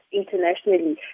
internationally